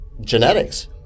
genetics